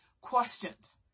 Questions